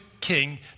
king